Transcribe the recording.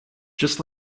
just